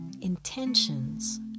intentions